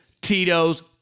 Tito's